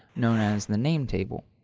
known as the nametable.